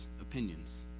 opinions